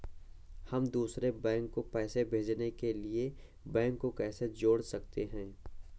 हम दूसरे बैंक को पैसे भेजने के लिए बैंक को कैसे जोड़ सकते हैं?